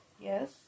Yes